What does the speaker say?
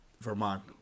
Vermont